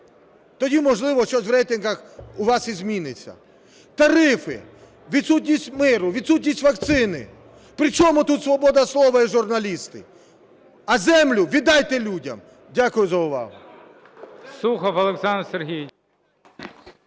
тоді, можливо, щось в рейтингах у вас і зміниться. Тарифи, відсутність миру, відсутність вакцини. При чому тут свобода слова і журналісти? А землю віддайте людям. Дякую за увагу.